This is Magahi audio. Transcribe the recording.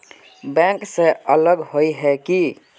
बैंक से अलग हिये है की?